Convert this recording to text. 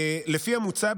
לפי המוצע,